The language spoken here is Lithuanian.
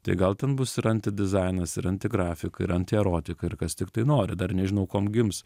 tai gal ten bus ir anti dizainas ir anti grafika ir anti erotika ir kas tiktai nori dar nežinau kuom gims